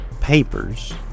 papers